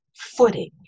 footing